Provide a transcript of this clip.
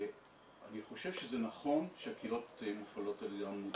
אני חושב שזה נכון שהקהילות מופעלות על ידי עמותות.